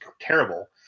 terrible